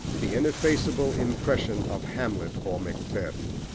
the ineffaceable impression, of hamlet or macbeth.